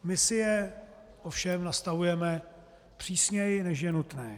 My si je ovšem nastavujeme přísněji, než je nutné.